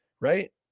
right